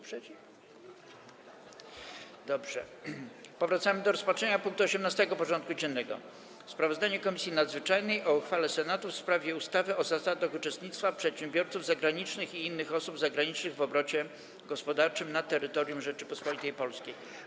Powracamy do rozpatrzenia punktu 18. porządku dziennego: Sprawozdanie Komisji Nadzwyczajnej o uchwale Senatu w sprawie ustawy o zasadach uczestnictwa przedsiębiorców zagranicznych i innych osób zagranicznych w obrocie gospodarczym na terytorium Rzeczypospolitej Polskiej.